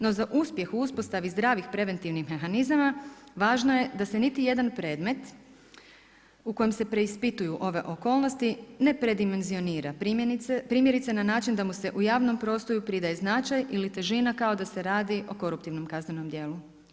No za uspjeh u uspostavi zdravih preventivnih mehanizama važno je da se niti jedan predmet u kojem se preispituju ove okolnosti ne predimenzionira primjerice na način da mu se javnom prostoru pridaje značaj ili težina kao da se radi o koruptivnom kaznenom djelu.